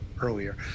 earlier